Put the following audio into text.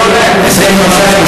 כמה זה עולה?